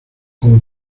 como